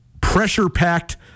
pressure-packed